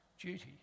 duty